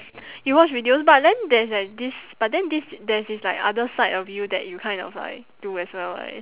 you watch videos but then there's there's this but then this there's this like other side of you that you kind of like do as well right